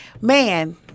Man